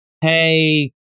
hey